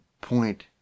point